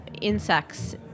insects